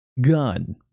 Gun